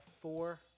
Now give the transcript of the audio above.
four